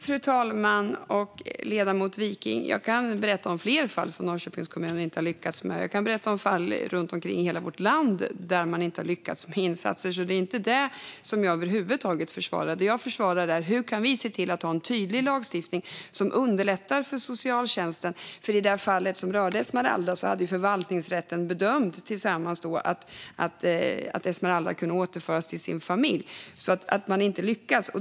Fru talman! Jag kan berätta om fler fall som Norrköpings kommun inte har lyckats med, och jag kan berätta om fall runt omkring i hela vårt land där man inte har lyckats med insatser. Det är inte vad jag försvarar, utan det jag försvarar är hur vi kan se till att lagstiftningen blir tydlig så att den underlättar för socialtjänsten. I det fall som rörde Esmeralda hade förvaltningsrätten bedömt att Esmeralda kunde återföras till sin familj.